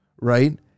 right